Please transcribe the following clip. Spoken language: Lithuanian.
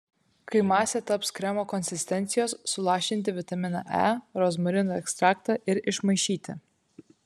kai masė taps kremo konsistencijos sulašinti vitaminą e rozmarinų ekstraktą ir išmaišyti